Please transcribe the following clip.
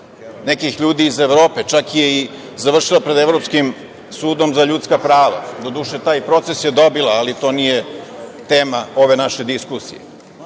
nekih ljudi iz Evrope, čak je i završila pred Evropskim sudom za ljudska prava, doduše, taj proces je dobila, ali to nije tema ove naše diskusije. Cenzus